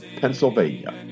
Pennsylvania